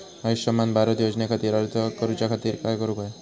आयुष्यमान भारत योजने खातिर अर्ज करूच्या खातिर काय करुक होया?